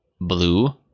blue